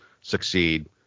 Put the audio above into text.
succeed